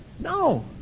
no